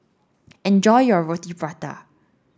enjoy your Roti Prata